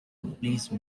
please